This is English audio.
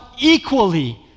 equally